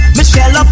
Michelle